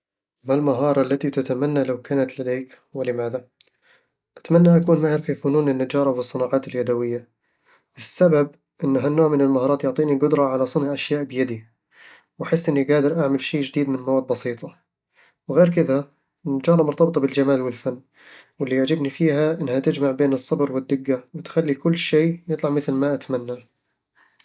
ما المهارة التي تتمني لو كانت لديك، ولماذا؟ أتمنى أكون ماهر في فنون النجارة والصناعات اليدوية السبب أن هالنوع من المهارات يعطيني قدرة على صنع أشياء بيدي، واحس إني قادر اعمل شي جديد من مواد بسيطة وغير كذا، النجارة مرتبطة بالجمال والفن، واللي يعجبني فيها إنها تجمع بين الصبر والدقة، وتخلي كل شيء يطلع مثل ما اتمناه